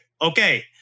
okay